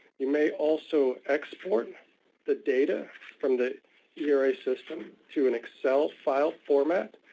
you may also export the data from the era system to an excel file format,